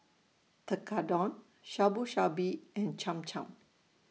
Tekkadon Shabu Shabu and Cham Cham